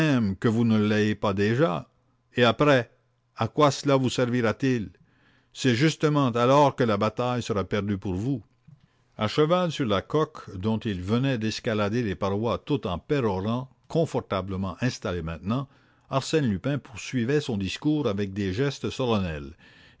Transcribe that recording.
que vous ne l'ayez pas déjà et après à quoi cela vous servira-t-il c'est justement alors que la bataille sera perdue pour vous à cheval sur la coque dont il venait d'escalader les parois tout en pérorant confortablement installé maintenant arsène lupin poursuivait son discours avec des gestes